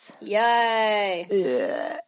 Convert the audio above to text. Yay